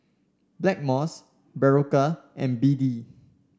Blackmores Berocca and B D